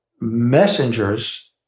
messengers